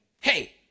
Hey